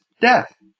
death